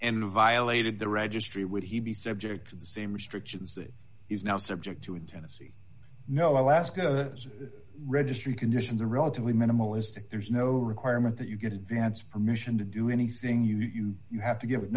and violated the registry would he be subject to the same restrictions that he's now subject to in tennessee no alaska registry conditions are relatively minimalistic there's no requirement that you get advance permission to do anything you you have to give